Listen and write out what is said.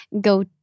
go